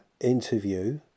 interview